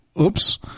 Oops